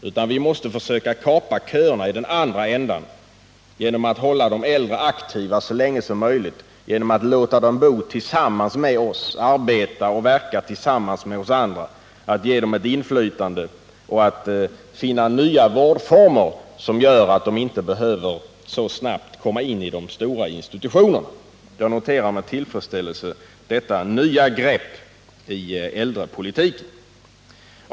Vi måste i stället kapa köerna i den andra ändan genom att försöka hålla de äldre aktiva så länge som möjligt, genom att låta dem bo, arbeta och verka tillsammans med oss andra, genom att ge dem ett inflytande och genom att finna nya vårdformer, som gör att de inte så snabbt behöver komma in i de stora institutionerna. Jag noterar med tillfredsställelse detta nya grepp i äldrepolitiken.